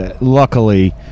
luckily